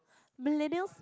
millennials